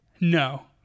No